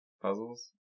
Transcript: puzzles